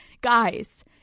Guys